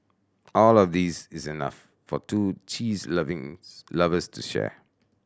all of these is enough for two cheese loving's lovers to share